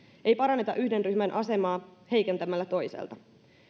ei paranneta yhden ryhmän asemaa heikentämällä toiselta